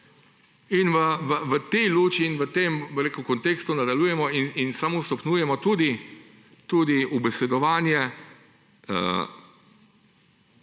V tej luči in v tem kontekstu nadaljujemo in samo stopnjujemo tudi ubesedovanje,